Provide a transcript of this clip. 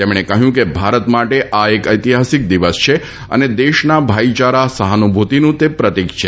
તેમણે કહ્યું કે ભારત માટે આ એક ઐતિહાસિક દિવસ છે અને દેશના ભાઈયારા સહાનુભૂતિનું તે પ્રતિક છે